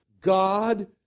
God